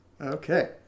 Okay